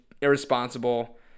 irresponsible